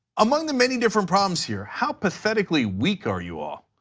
among the many different problems here, how pathetically weak are you all?